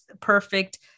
perfect